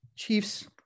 Chiefs